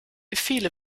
viele